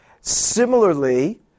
Similarly